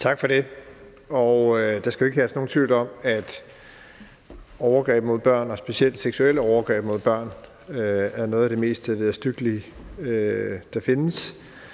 Tak for det. Der skal jo ikke herske nogen tvivl om, at overgreb mod børn og specielt seksuelle overgreb mod børn er noget af det mest vederstyggelige, der findes,